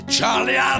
Charlie